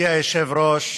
מכובדי היושב-ראש,